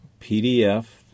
PDF